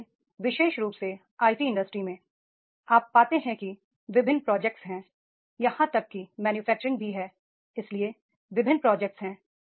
जैसे विशेष रूप से आईटी उद्योगों में आप पाते हैं कि विभिन्न प्रोजेक्ट्स हैं यहाँ तक कि विनिर्माण भी है इसलिए विभिन्न प्रोजेक्ट्स हैं